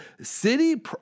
city